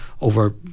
over